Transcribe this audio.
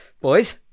boys